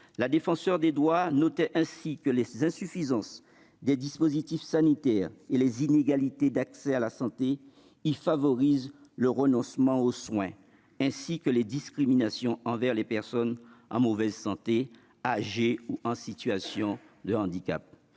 la Défenseure des droits notait ainsi que « les insuffisances des dispositifs sanitaires et les inégalités d'accès à la santé y favorisent le renoncement aux soins, ainsi que les discriminations envers les personnes en mauvaise santé, âgées ou en situation de handicap